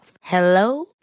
Hello